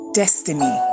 destiny